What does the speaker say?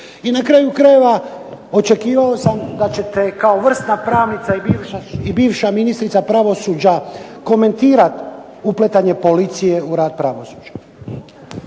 I na kraju krajeva, očekivao sam da ćete kao vrsna pravnica i bivša ministrica pravosuđa komentirat upletanje policije u rad pravosuđa.